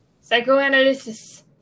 Psychoanalysis